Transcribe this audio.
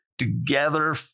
Together